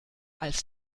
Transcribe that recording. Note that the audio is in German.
als